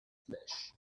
flesh